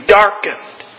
darkened